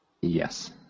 Yes